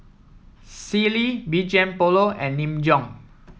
Sealy B G M Polo and Nin Jiom